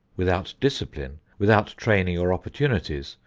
without discipline, without training or opportunities,